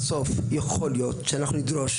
בסוף יכול להיות שאנחנו נדרוש